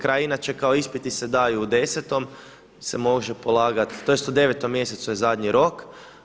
Kraj je inače kao i ispiti se daju u 10 se može polagati, tj. u 9 mjesecu je zadnji rok.